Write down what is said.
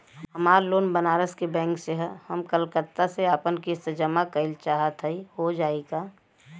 हमार लोन बनारस के बैंक से ह हम कलकत्ता से आपन किस्त जमा कइल चाहत हई हो जाई का?